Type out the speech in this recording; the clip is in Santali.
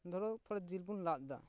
ᱫᱷᱚᱨᱚ ᱛᱷᱚᱲᱟ ᱡᱤᱞ ᱵᱚᱱ ᱞᱟᱫ ᱮᱫᱟ